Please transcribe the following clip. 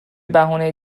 بهونه